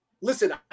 Listen